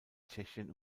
tschechien